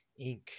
Inc